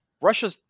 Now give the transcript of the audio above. Russia